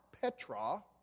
Petra